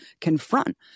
confront